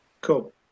Cool